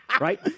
Right